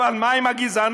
אבל מה עם הגזענות,